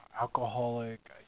alcoholic